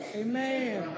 amen